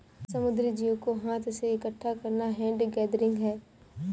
समुद्री जीव को हाथ से इकठ्ठा करना हैंड गैदरिंग है